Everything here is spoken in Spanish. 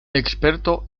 experto